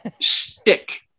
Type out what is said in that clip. stick